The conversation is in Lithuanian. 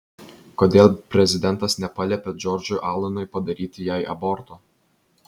kodėl prezidentas nepaliepė džordžui alanui padaryti jai aborto